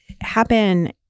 happen